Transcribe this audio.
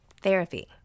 therapy